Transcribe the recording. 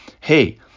hey